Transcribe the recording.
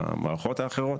במערכות האחרות.